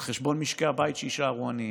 על חשבון משקי הבית שיישארו עניים,